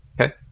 okay